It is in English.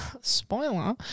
spoiler